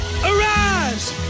arise